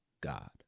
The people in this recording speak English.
God